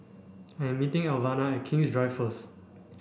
I am meeting Elvina at King's Drive first